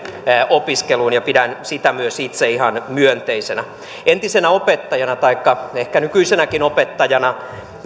opiskeluun ja pidän sitä myös itse ihan myönteisenä entisenä opettajana taikka ehkä nykyisenäkin opettajana